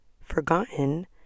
forgotten